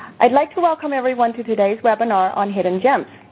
i'd like to welcome everyone to today's webinar on hidden gems.